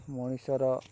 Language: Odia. ମଣିଷର